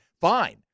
fine